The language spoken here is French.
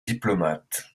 diplomate